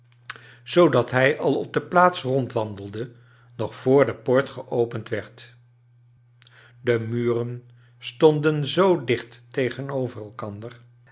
zoodat hij al op de plaats rondwandelde nog voor de poort geopend werd de muren stonden zoo dicht tegenover elkander